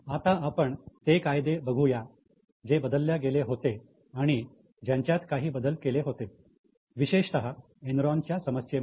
आता आपण ते कायदे बघूया जे बदलल्या गेले होते आणि ज्यांच्यात काही बदल केले होते विशेषतः एनरॉनच्या समस्येमुळे